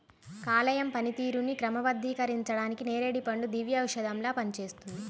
కాలేయం పనితీరుని క్రమబద్ధీకరించడానికి నేరేడు పండ్లు దివ్యౌషధంలా పనిచేస్తాయి